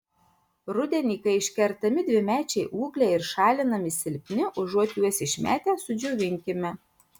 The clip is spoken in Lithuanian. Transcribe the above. rudenį kai iškertami dvimečiai ūgliai ir šalinami silpni užuot juos išmetę sudžiovinkime